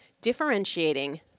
differentiating